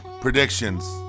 predictions